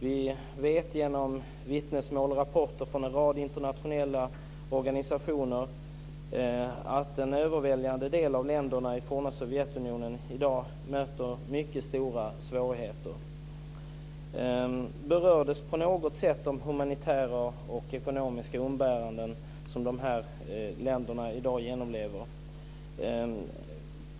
Vi vet, genom vittnesmål och rapporter från en rad internationella organisationer, att en överväldigande del av länderna i forna Sovjetunionen i dag möter mycket stora svårigheter. Berördes på något sätt de humanitära och ekonomiska umbäranden som de här länderna i dag genomlever?